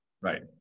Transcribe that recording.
Right